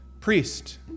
priest